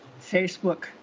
Facebook